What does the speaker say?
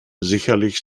sicherlich